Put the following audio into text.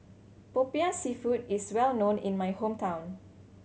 Popiah Seafood is well known in my hometown